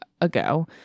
ago